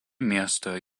miesto